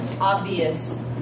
obvious